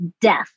death